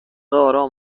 آرام